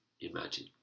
imagine